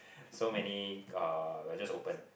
so many uh we are just open